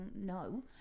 no